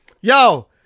yo